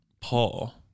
Paul